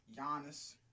Giannis